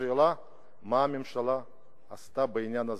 מה הממשלה עשתה בעניין הזה,